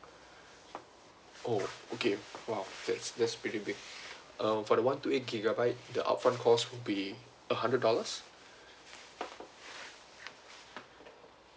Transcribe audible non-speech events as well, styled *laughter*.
*breath* oh okay !wow! that's that's pretty big um for the [one] two eight gigabyte the upfront cost will be a hundred dollars